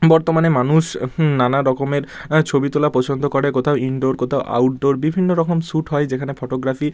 বর্তমানে মানুষ নানা রকমের ছবি তোলা পছন্দ করে কোথাও ইনডোর কোথাও আউটডোর বিভিন্ন রকম শ্যুট হয় যেখানে ফটোগ্রাফি